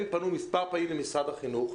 הם פנו מספר פעמים למשרד החינוך.